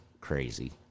crazy